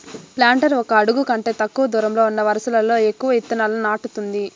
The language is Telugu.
ప్లాంటర్ ఒక అడుగు కంటే తక్కువ దూరంలో ఉన్న వరుసలలో ఎక్కువ ఇత్తనాలను నాటుతుంది